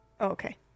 Okay